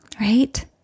Right